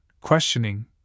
questioning